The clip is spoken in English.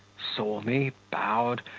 saw me, bowed,